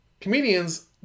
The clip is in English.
comedians